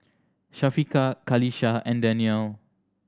Syafiqah Qalisha and Daniel